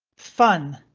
fun.